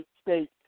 state